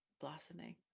blossoming